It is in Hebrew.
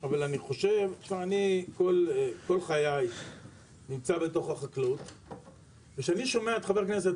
אבל אני חושב שאני כל חיי נמצא בתוך החקלאות ושאני שומע את חבר הכנסת